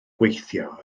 gweithio